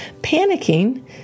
panicking